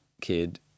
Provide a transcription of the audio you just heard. kid